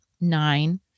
nine